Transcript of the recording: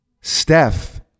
Steph